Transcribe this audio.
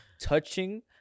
touching